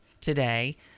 today